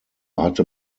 hatte